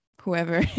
whoever